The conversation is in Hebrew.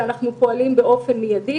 שאנחנו פועלים באופן מידי.